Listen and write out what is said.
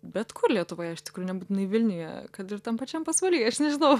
bet kur lietuvoje iš tikrųjų nebūtinai vilniuje kad ir tam pačiam pasvaly aš nežinau